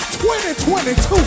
2022